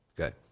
okay